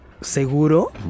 ¿Seguro